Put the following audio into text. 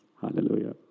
Hallelujah